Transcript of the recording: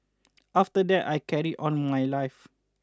after that I carried on my life